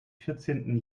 vierzehnten